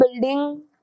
building